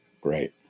great